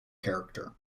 character